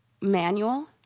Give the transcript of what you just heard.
manual